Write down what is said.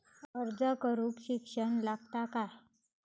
अर्ज करूक शिक्षण लागता काय?